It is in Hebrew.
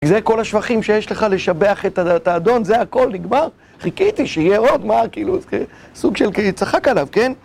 זה כל השבחים שיש לך לשבח את האדון, זה הכל נגמר, חיכיתי שיהיה עוד מה, כאילו, זה סוג של צחק עליו, כן?